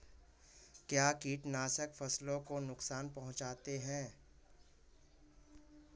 क्या कीटनाशक फसलों को नुकसान पहुँचाते हैं?